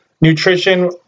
nutrition